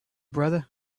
brother